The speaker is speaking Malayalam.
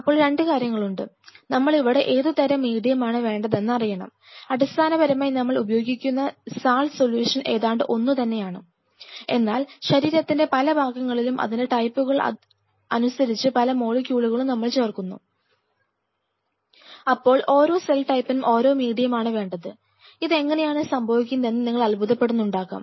അപ്പോൾ രണ്ടു കാര്യങ്ങളുണ്ട് നമ്മൾ ഇവിടെ ഏതുതരം മീഡിയമാണ് വേണ്ടതെന്ന് അറിയണം അടിസ്ഥാനപരമായി നമ്മൾ ഉപയോഗിക്കുന്ന സാൾട്ട് സൊലൂഷൻ ഏതാണ്ട് ഒന്നുതന്നെയാണ് എന്നാൽ ശരീരത്തിത്തിന്റെ പല ഭാഗങ്ങളിലും അതിൻറെ ടൈപ്പുകൾ അനുസരിച്ച് പല മോളിക്യൂളുകളും നമ്മൾ ചേർക്കുന്നു അപ്പോൾ ഓരോ സെൽ ടൈപ്പിനും ഓരോ മീഡിയമാണ് വേണ്ടത് ഇതെങ്ങനെയാണ് സംഭവിക്കുന്നതെന്ന് നിങ്ങൾ അത്ഭുതപ്പെടുന്നുണ്ടാകാം